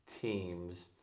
teams